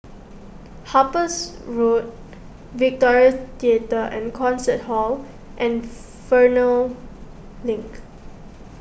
Harpers Road Victoria theatre and Concert Hall and Fernvale Link